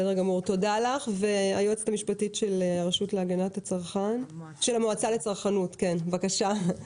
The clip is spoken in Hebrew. היועצת המשפטית של המועצה לצרכנות, בבקשה.